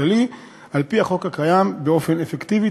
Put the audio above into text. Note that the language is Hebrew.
הכללי על-פי החוק הקיים באופן אפקטיבי.